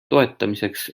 toetamiseks